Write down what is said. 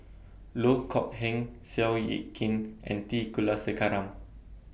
Loh Kok Heng Seow Yit Kin and T Kulasekaram